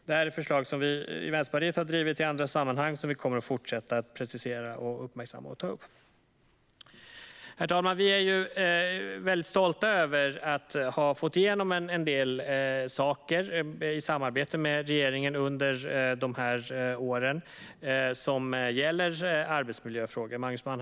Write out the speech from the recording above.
Det här är förslag som Vänsterpartiet har drivit i andra sammanhang och som vi kommer att fortsätta att precisera, uppmärksamma och ta upp. Herr talman! Vi är stolta över att i samarbete med regeringen ha fått igenom en del saker som gäller arbetsmiljöfrågor under de här åren.